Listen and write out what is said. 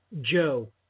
Joe